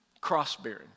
Cross-bearing